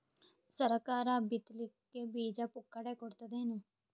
ಸರಕಾರ ಬಿತ್ ಲಿಕ್ಕೆ ಬೀಜ ಪುಕ್ಕಟೆ ಕೊಡತದೇನು?